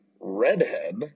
redhead